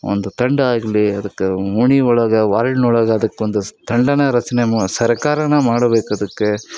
ಒಂದು ತಂಡ ಆಗಲಿ ಅದಕ್ಕೆ ಓಣಿ ಒಳಗೆ ವಾರ್ಲ್ಡ್ನೊಳಗೆ ಅದಕ್ಕೊಂದು ತಡನೆ ರಚನೆ ಮಾಡಿ ಸರ್ಕಾರನೆ ಮಾಡ್ಬೇಕು ಅದಕ್ಕೆ